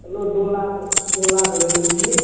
चलो दो लाख दो लाख ले लीजिए